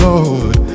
Lord